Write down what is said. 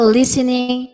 listening